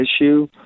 issue